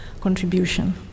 contribution